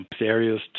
areas